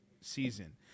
season